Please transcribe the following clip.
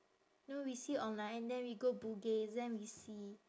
no we see online then we go bugis then we see